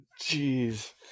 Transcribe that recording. Jeez